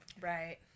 Right